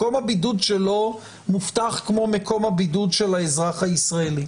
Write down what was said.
מקום הבידוד שלו מובטח כמו מקום הבידוד של האזרח הישראלי.